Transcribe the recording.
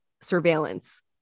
surveillance